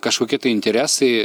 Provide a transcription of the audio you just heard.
kažkokie interesai